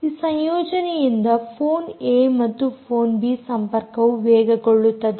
ಈ ಸಂಯೋಜನೆಯಿಂದ phone A ಮತ್ತು ಫೋನ್ ಬಿ ಸಂಪರ್ಕವು ವೇಗಗೊಳ್ಳುತ್ತದೆ